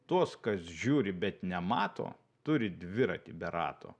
tuos kas žiūri bet nemato turi dviratį be rato